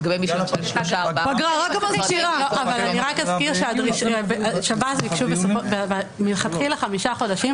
אני רק אזכיר ששירות בתי הסוהר ביקשו מלכתחילה חמישה חודשים.